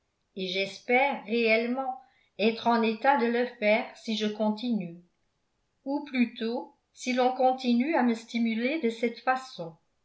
et j'espère réellement être en état de le faire si je continue ou plutôt si l'on continue à me stimuler de cette façon